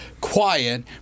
quiet